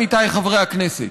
עמיתיי חברי הכנסת.